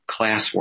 classwork